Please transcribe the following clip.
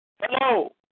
Hello